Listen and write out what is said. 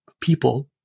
people